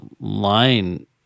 line